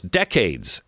decades